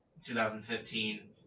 2015